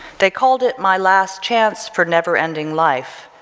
they called it my last chance for never-ending life,